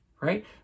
right